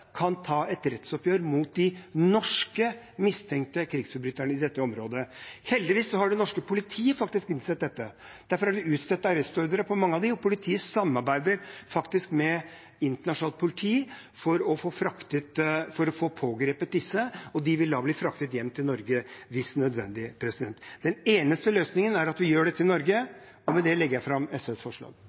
kan ta et rettsoppgjør med de norske mistenkte krigsforbryterne i dette området. Heldigvis har det norske politiet innsett dette. Derfor har de utstedt arrestordre på mange av dem, og politiet samarbeider med internasjonalt politi for å få pågrepet dem. De vil så bli fraktet hjem til Norge, hvis det er nødvendig. Den eneste løsningen er at vi gjør dette i Norge. Med det legger jeg fram